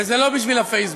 וזה לא בשביל הפייסבוק.